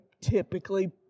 typically